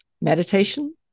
meditation